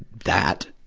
that,